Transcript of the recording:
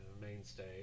mainstay